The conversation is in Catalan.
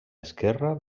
esquerra